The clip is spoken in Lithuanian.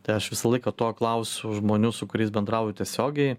tai aš visą laiką to klausiu žmonių su kuriais bendrauju tiesiogiai